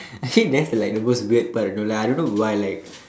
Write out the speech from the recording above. actually that's like the most weird part no lah I don't know why like